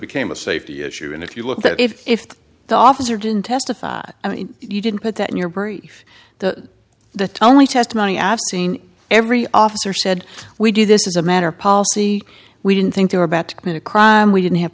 became a safety issue and if you look at if the officer didn't testify i mean you didn't put that in your brief the the tell me testimony abstain every officer said we do this is a matter of policy we didn't think they were about to commit a crime we didn't have